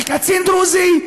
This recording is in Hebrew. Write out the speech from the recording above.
על קצין דרוזי,